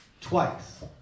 twice